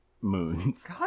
moons